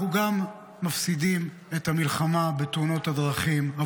אנחנו גם מפסידים את המלחמה בתאונות הדרכים,